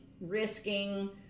risking